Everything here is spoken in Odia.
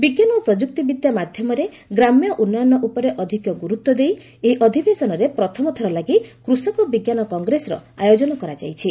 ବିଜ୍ଞାନ ଓ ପ୍ରଯୁକ୍ତିବିଦ୍ୟା ମାଧ୍ୟମରେ ଗ୍ରାମ୍ୟ ଉନ୍ନୟନ ଉପରେ ଅଧିକ ଗୁରୁତ୍ୱ ଦେଇ ଏହି ଅଧିବେଶନରେ ପ୍ରଥମଥର ଲାଗି କୃଷକ ବିଜ୍ଞାନ କଂଗ୍ରେସର ଆୟୋଜନ କରାଯାଇଛି